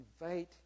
invite